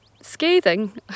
Scathing